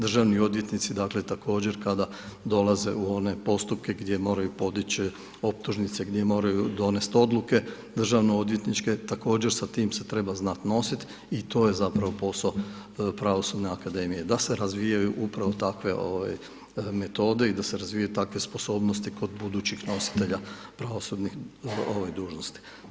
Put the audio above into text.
Državni odvjetnici, dakle, također kada dolaze u one postupke, gdje moraju podići optužnice, gdje moraju donesti odluke državno odvjetničke, također sa tim se treba znati nositi i to je zapravo posao pravosudne akademije, da se razvijaju upravo takve metode i da se razvijaju takve sposobnosti, kod budućih nositelja pravosudnih dužnosti.